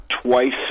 twice